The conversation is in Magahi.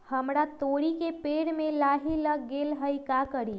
हमरा तोरी के पेड़ में लाही लग गेल है का करी?